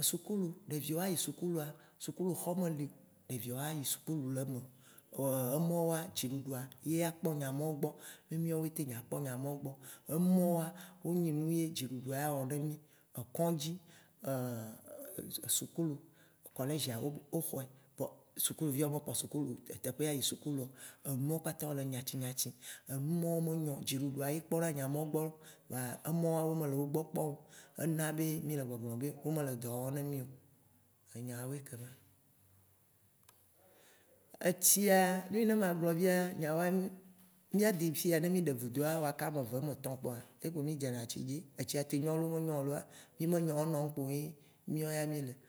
Sukulu, ɖeviwo ayi sukulua, sukuluxɔ meli ɖeviwo ayi sukulu le eme o. Vɔ emɔwoa, dziɖuɖua ye akpɔ nya mɔwo gbɔ, me mìɔwoe te dza kpɔ nya mɔwo gbɔ o. Emɔwoa, wo nye nu ye dziɖuɖua awɔ ne mì. Kɔ̃ŋdzi, sukulu. Collegea wo xɔɛ vɔ sukulu viawo mekpɔ sukulu teƒe ayi sukulua o. Enuwo kpata wole nyati nyati, enumɔwo me nyo o, dziɖuɖua ye kpɔna nya mɔwo gbɔ voa, emɔwoa wo me le egbɔ kpɔm o. Ena be mì le gbɔgblɔ be, wo me le dɔ wɔm ne mì o. Enya woe kema.. Etsia, nu yi ne magblɔ̃ via, nyawoa, mìa de fiya ne mì ɖe vudoa, waka ame eve, woame etɔ̃ kpoa ye kpo mì dzena tsi dzi, etsia te nyo, menyo o loa mì me nya o, enɔm kpo ye mìɔ ya mì le